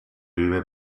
vive